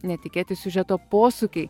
netikėti siužeto posūkiai